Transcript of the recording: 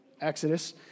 Exodus